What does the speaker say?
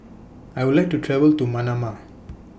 I Would like to travel to Manama